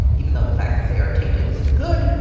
even though the fact that they are tainted isn't good,